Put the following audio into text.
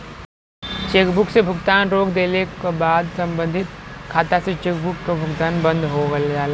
chequebook से भुगतान रोक देले क बाद सम्बंधित खाता से चेकबुक क भुगतान बंद हो जाला